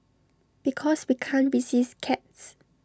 because we can't resist cats